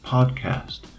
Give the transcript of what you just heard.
Podcast